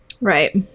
Right